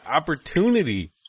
opportunity